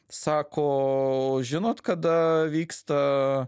sako žinot kada vyksta